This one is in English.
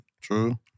True